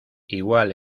igual